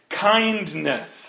Kindness